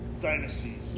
dynasties